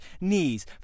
knees